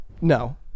No